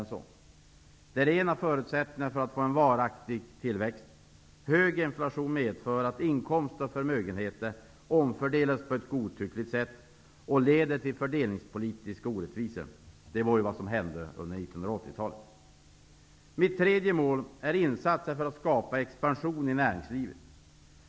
Det är en av förutsättningarna för att få varaktig tillväxt. Hög inflation medför att inkomster och förmögenheter omfördelas på ett godtyckligt sätt och leder till fördelningspolitiska orättvisor. Det var vad som hände under 1980-talet. Mitt tredje mål är insatser för att skapa expansion i näringslivet.